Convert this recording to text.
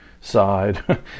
side